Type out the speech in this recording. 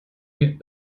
mir